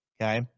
Okay